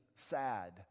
sad